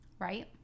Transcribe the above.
Right